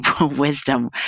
wisdom